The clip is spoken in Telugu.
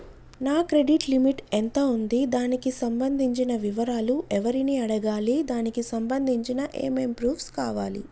నా క్రెడిట్ లిమిట్ ఎంత ఉంది? దానికి సంబంధించిన వివరాలు ఎవరిని అడగాలి? దానికి సంబంధించిన ఏమేం ప్రూఫ్స్ కావాలి?